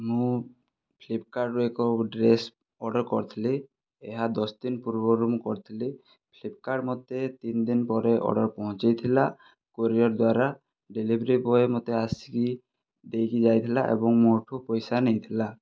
ମୁଁ ଫ୍ଲିପକାର୍ଟରୁ ଏକ ଡ୍ରେସ ଅର୍ଡ଼ର କରିଥିଲି ଏହା ଦଶଦିନ ପୂର୍ବରୁ ମୁଁ କରିଥିଲି ଫ୍ଲିପକାର୍ଟ ମୋତେ ତିନିଦିନ ପରେ ଅର୍ଡ଼ର ପହଞ୍ଚେଇ ଥିଲା କୋରିଅର ଦ୍ୱାରା ଡେଲିଭରି ବୟ ମୋତେ ଆସିକି ଦେଇକି ଯାଇଥିଲା ଏବଂ ମୋ ଠାରୁ ପଇସା ନେଇଥିଲା